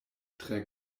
tre